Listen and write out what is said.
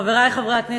חברי חברי הכנסת,